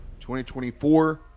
2024